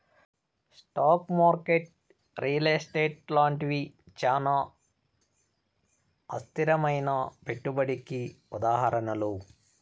stock market real estate లాంటివి చానా అస్థిరమైనా పెట్టుబడికి ఉదాహరణలు